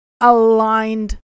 aligned